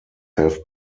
have